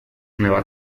nueva